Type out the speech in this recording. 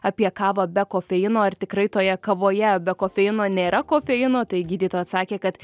apie kavą be kofeino ar tikrai toje kavoje be kofeino nėra kofeino tai gydytoja atsakė kad